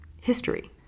history